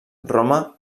roma